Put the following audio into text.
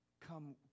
Come